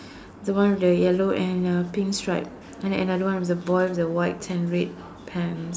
the one with the yellow and uh pink stripe and another one the boy with the white and red pants